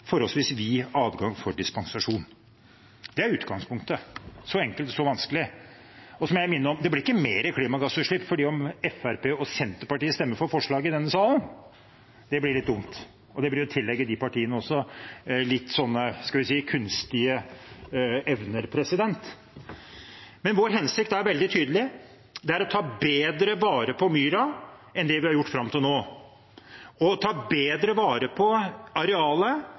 så vanskelig. Det blir ikke mer klimagassutslipp selv om Fremskrittspartiet og Senterpartiet stemmer for forslaget i denne salen. Det blir litt dumt, og det blir å tillegge disse partiene litt kunstige evner. Vår hensikt er veldig tydelig. Det er å ta bedre vare på myra enn det vi har gjort fram til nå, og å ta bedre vare på arealet